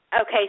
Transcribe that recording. Okay